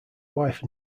wife